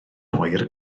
oer